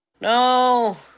No